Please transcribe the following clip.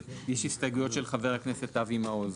הסתייגויות של חבר הכנסת אבי מעוז.